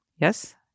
yes